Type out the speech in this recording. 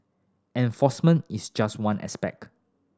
enforcement is just one aspect